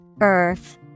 Earth